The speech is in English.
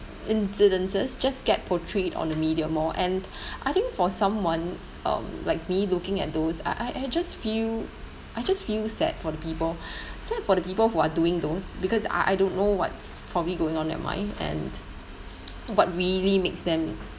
incidences just get portrayed on the media more and I think for someone um like me looking at those I I I just feel I just feel sad for the people sad for the people who are doing those because I I don't know what's probably going on in their mind and what really makes them